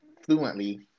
fluently